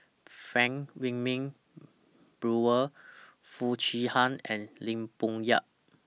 Frank Wilmin Brewer Foo Chee Han and Lim Bo Yam